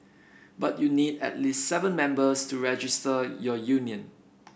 but you need at least seven members to register your union